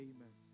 Amen